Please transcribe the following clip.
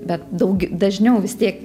bet daug dažniau vis tiek